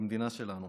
במדינה שלנו.